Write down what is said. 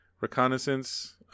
Reconnaissance